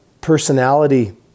personality